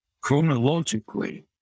chronologically